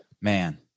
Man